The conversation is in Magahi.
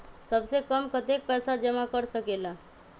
सबसे कम कतेक पैसा जमा कर सकेल?